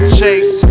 chase